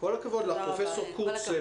כל הכבוד לך, פרופ' קורץ.